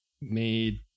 made